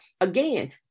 Again